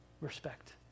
Respect